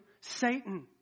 Satan